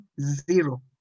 zero